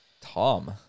Tom